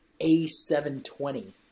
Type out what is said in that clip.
A720